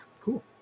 Cool